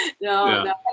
No